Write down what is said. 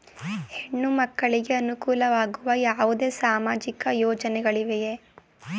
ಹೆಣ್ಣು ಮಕ್ಕಳಿಗೆ ಅನುಕೂಲವಾಗುವ ಯಾವುದೇ ಸಾಮಾಜಿಕ ಯೋಜನೆಗಳಿವೆಯೇ?